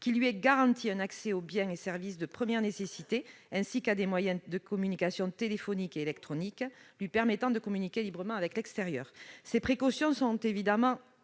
à cette personne un accès aux biens et services de première nécessité, ainsi qu'à des moyens de communication téléphonique et électronique lui permettant d'échanger librement avec l'extérieur. Ces précautions sont évidemment